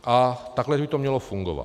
A takhle by to mělo fungovat.